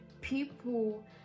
people